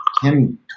Kim